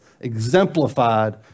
exemplified